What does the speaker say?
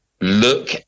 Look